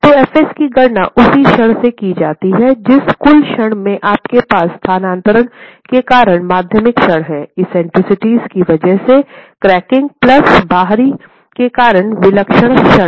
तो fs की गणना उसी क्षण से की जाती है जिस कुल क्षण में आपके पास स्थानांतरण के कारण माध्यमिक क्षण है एक्सेंट्रिसिटी की वजह से क्रैकिंग प्लस बाहरी के कारण विलक्षण क्षण